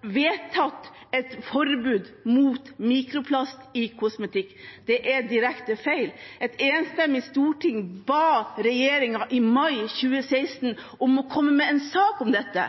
vedtatt et forbud mot mikroplast i kosmetikk. Det er direkte feil. Et enstemmig storting ba i mai 2016 regjeringen om å komme med en sak om dette.